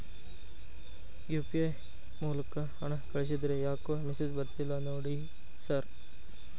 UPI ಮೂಲಕ ಹಣ ಕಳಿಸಿದ್ರ ಯಾಕೋ ಮೆಸೇಜ್ ಬರ್ತಿಲ್ಲ ನೋಡಿ ಸರ್?